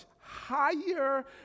higher